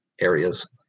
areas